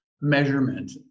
measurement